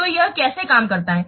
तो यह कैसे काम करता है